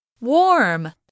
warm